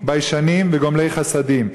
ביישנים וגומלי חסדים,